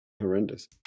horrendous